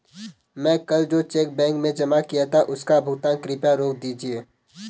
मैं कल जो चेक बैंक में जमा किया था उसका भुगतान कृपया रोक दीजिए